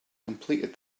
completed